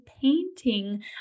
painting